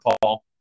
Paul